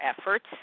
efforts